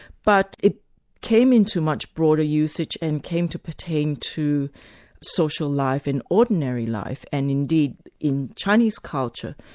but it came into much broader usage, and came to pertain to social life in ordinary life, and indeed in chinese culture,